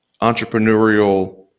entrepreneurial